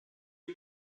you